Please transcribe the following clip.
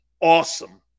awesome